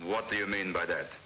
what do you mean by that